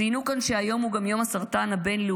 ציינו כאן שהיום הוא גם יום הסרטן הבין-לאומי.